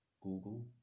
Google